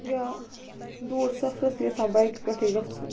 یا دوٗر سَفرس تہِ یَژھان بایِکہِ پٮ۪ٹھٕے گَژھن